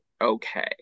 okay